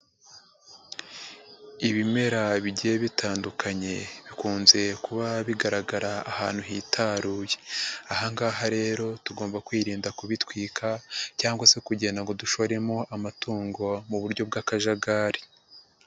Ibimera bigiye bitandukanye bikunze kuba bigaragara ahantu hitaruye. Aha ngaha rero tugomba kwirinda kubitwika cyangwa se kugenda ngo dushoremo amatungo mu buryo bw'akajagari.